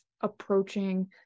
approaching